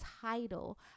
title